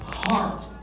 heart